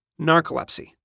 narcolepsy